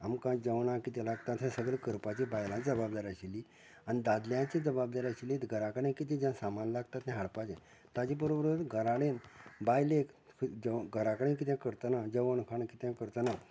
घरा कडेन जें किदें आमकां जेवणाक किदें लागता तें सगलें करपाची बायलांची जबाबदारी आशिल्ली आनी दादल्यांची जबाबदारी आशिल्ली ती घरा कडेन किदें जें सामान लागता तें हाडपाचें ताजे बरोबर घरा कडेन बायलेक घरा कडेन कितेंय करतना जेवण खाण किदेंय करतना